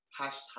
hashtag